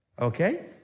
Okay